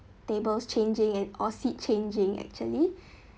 tables changing and or seat changing actually